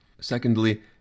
Secondly